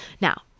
Now